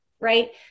right